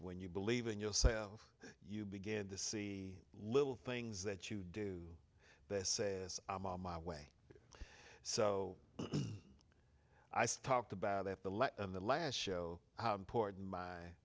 when you believe in yourself you begin to see little things that you do but says i'm on my way so i stopped about that the let in the last show how important my